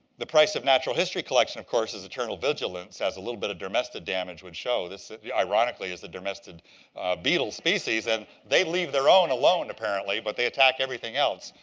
the price of natural history collection, of course, is eternal vigilance as a little bit of dermestid damage would show. this, ironically is the dermestid beetle species and they leave their own alone, apparently, but they attack everything else.